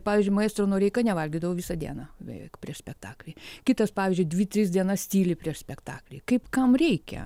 pavyzdžiui maestro noreika nevalgydavo visą dieną beveik prieš spektaklį kitas pavyzdžiui dvi tris dienas tyli prieš spektaklį kaip kam reikia